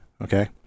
Okay